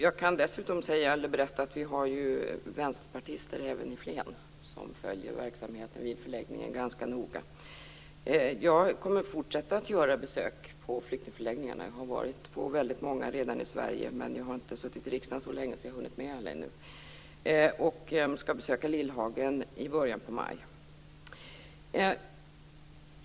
Jag kan dessutom berätta att vi har vänsterpartister även i Flen som följer verksamheten vid förläggningen ganska noga. Jag kommer att fortsätta att göra besök på flyktingförläggningarna. Jag har redan varit på väldigt många i Sverige. Men jag har inte suttit i riksdagen så länge att jag har hunnit med alla ännu. Jag skall besöka Lillhagen i början av maj.